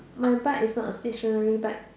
my butt is not a stationary butt